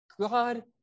God